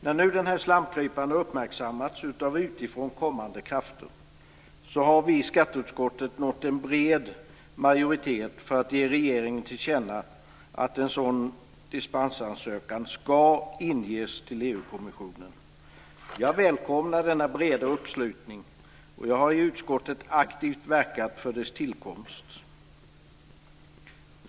När nu den här slamkryparen uppmärksammats av utifrån kommande krafter har vi i skatteutskottet nått en bred majoritet för att ge regeringen till känna att en sådan dispensansökan ska inges till EU kommissionen. Jag välkomnar denna breda uppslutning och har i utskottet aktivt verkat för dess tillkomst.